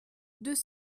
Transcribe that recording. deux